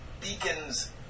beacons